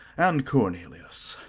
and cornelius,